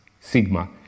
sigma